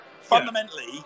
Fundamentally